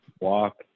walk